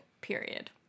Period